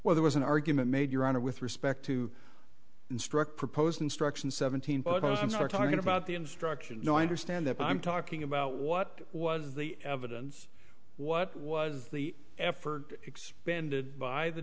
where there was an argument made your honor with respect to instruct proposed instruction seventeen but i'm starting going to about the instruction oh i understand that i'm talking about what was the evidence what was the effort expended by the